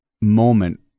moment